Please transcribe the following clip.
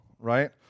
right